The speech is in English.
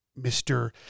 Mr